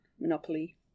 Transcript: Monopoly